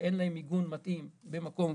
שאין להם מיגון מתאים במקום,